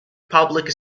public